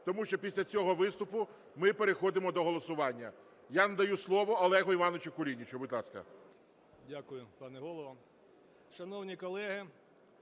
тому що після цього виступу ми переходимо до голосування. Я надаю слово Олегу Івановичу Кулінічу. Будь ласка. 16:36:06 КУЛІНІЧ О.І. Дякую, пане Голово. Шановні колеги,